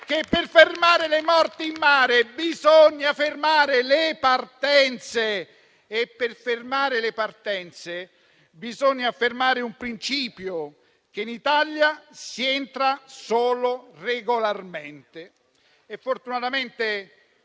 che per fermare le morti in mare bisogna fermare le partenze e per farlo bisogna affermare il principio che in Italia si entra solo regolarmente.